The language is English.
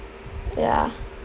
ya